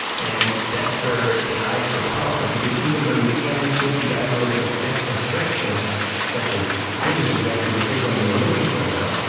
and that's where ai is so powerful because even though you can't give the algorithm exact instructions such as this is exactly the signal you are looking for now,